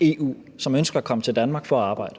EU, som ønsker at komme til Danmark for at arbejde.